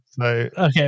Okay